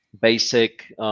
basic